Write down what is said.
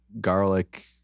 garlic